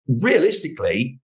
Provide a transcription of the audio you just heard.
realistically